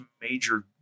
major